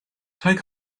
take